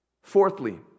Fourthly